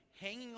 hanging